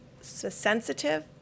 sensitive